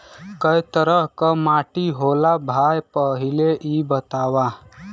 कै तरह के माटी होला भाय पहिले इ बतावा?